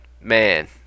Man